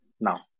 now